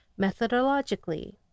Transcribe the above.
methodologically